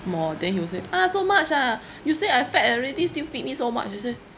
more then he will say ah so much ah you say I fat already still feed me so much I say